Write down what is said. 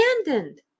abandoned